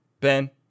Ben